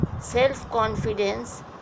self-confidence